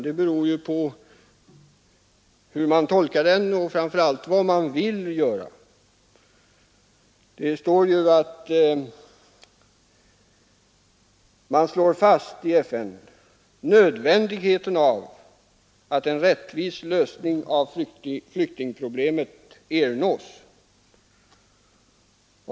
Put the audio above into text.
Allt beror ju på hur man tolkar den och framför allt vad man vill göra. Det står där att man i FN slår fast nödvändigheten av att en rättvis lösning av flyktingproblemet ernås.